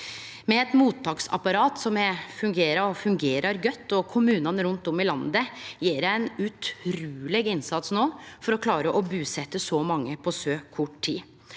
har eit mottaksapparat som fungerer – og fungerer godt – og kommunane rundt om i landet gjer ein utruleg innsats no for å klare å busetje så mange på så kort tid.